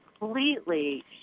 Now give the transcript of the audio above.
completely